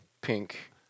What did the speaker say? Pink